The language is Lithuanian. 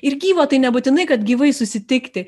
ir gyvo tai nebūtinai kad gyvai susitikti